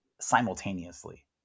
simultaneously